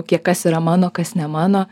kiek kas yra mano kas nemano